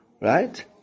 right